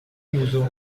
chiuso